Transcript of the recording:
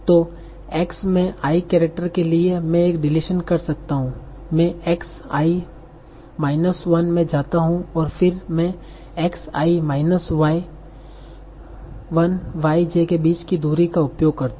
तो एक्स में i character के लिए मैं एक डिलीशन कर सकता हूं मैं X i माइनस 1 में जाता हूं और फिर मैं X i minus 1 Y j के बीच की दूरी का उपयोग करता हूं